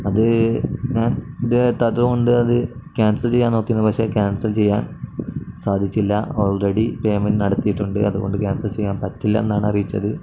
അത് ഞാൻ ഇത് എത്താത്ത കൊണ്ട് അത് ക്യാൻസൽ ചെയ്യാൻ നോക്കി നിന്ന് പക്ഷേ ക്യാൻസൽ ചെയ്യാൻ സാധിച്ചില്ല ഓൾറെഡി പേയ്മെൻറ് നടത്തിയിട്ടുണ്ട് അതുകൊണ്ട് ക്യാൻസൽ ചെയ്യാൻ പറ്റില്ല എന്നാണ് അറിയിച്ചത്